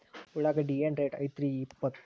ಉಳ್ಳಾಗಡ್ಡಿ ಏನ್ ರೇಟ್ ಐತ್ರೇ ಇಪ್ಪತ್ತು?